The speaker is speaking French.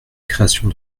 création